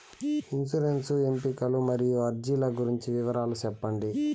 insurance ఎంపికలు మరియు అర్జీల గురించి వివరాలు సెప్పండి